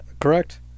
correct